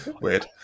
Weird